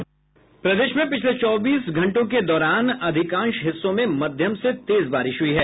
प्रदेश में पिछले चौबीस घंटों के दौरान अधिकांश हिस्सों में मध्यम से तेज बारिश हुई है